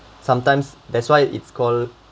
sometimes that's why it's called